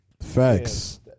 Facts